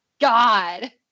God